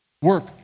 Work